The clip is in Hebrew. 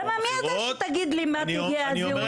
אחרות -- למה מי אתה שתגיד לי מה פרטי הזהות שלי,